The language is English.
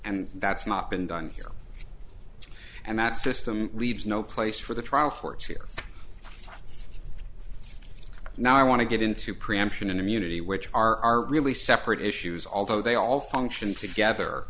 and that's not been done here and that system leaves no place for the trial courts here now i want to get into preemption and immunity which are really separate issues although they all function together